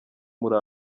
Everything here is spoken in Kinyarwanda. muri